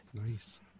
Nice